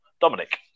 Dominic